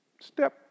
step